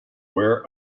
wear